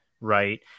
right